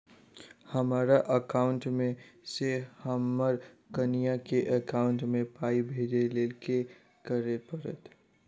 हमरा एकाउंट मे सऽ हम्मर कनिया केँ एकाउंट मै पाई भेजइ लेल की करऽ पड़त?